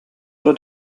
oder